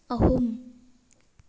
ꯑꯍꯨꯝ